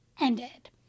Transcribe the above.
ended